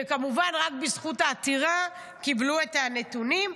וכמובן רק בזכות העתירה קיבלו את הנתונים.